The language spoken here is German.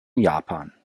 japan